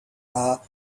are